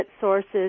sources